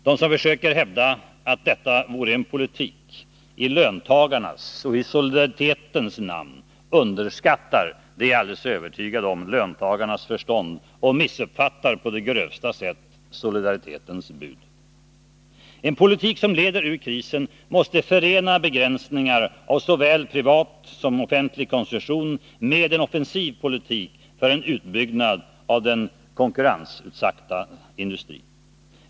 De som försöker hävda att detta vore en politik i löntagarnas och solidaritetens namn underskattar — det är jag alldeles övertygad om — löntagarnas förstånd och missuppfattar på det grövsta sätt solidaritetens bud. En politik som leder ut ur krisen måste förena begränsningar av såväl privat som offentlig konsumtion med en offensiv politik för en utbyggnad av den konkurrensutsatta industrin.